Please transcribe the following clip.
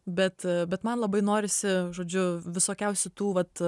bet bet man labai norisi žodžiu visokiausių tų vat